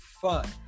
fun